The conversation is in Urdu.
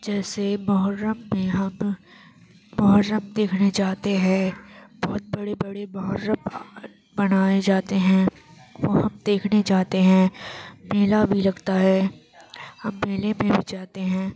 جیسے محرم میں ہم محرم دیکھنے جاتے ہے بہت بڑے بڑے محرم منائے جاتے ہیں وہ ہم دیکھنے جاتے ہیں میلا بھی لگتا ہے ہم میلے میں بھی جاتے ہیں